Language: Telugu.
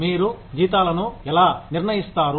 మీరు జీతాలను ఎలా నిర్ణయిస్తారు